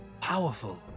powerful